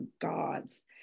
God's